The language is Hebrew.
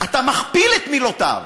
אתה מכפיל את מילותיו.